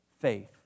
faith